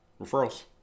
Referrals